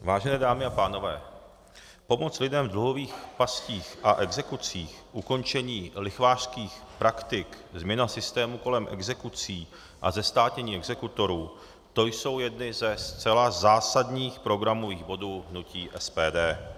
Vážené dámy a pánové, pomoc lidem v dluhových pastích a exekucích, ukončení lichvářských praktik, změna systému kolem exekucí a zestátnění exekutorů, to jsou jedny ze zcela zásadních programových bodů hnutí SPD.